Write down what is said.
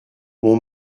mon